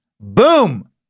Boom